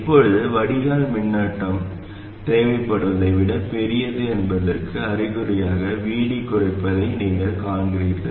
இப்போது வடிகால் மின்னோட்டம் தேவைப்படுவதை விட பெரியது என்பதற்கான அறிகுறியாக VD குறைப்பதை நீங்கள் காண்கிறீர்கள்